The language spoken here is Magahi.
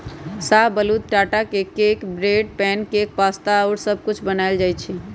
शाहबलूत के टा से cake, bread, pancake, pasta आउरो सब कुछ बनायल जाइ छइ